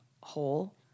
hole